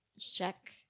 check